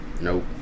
Nope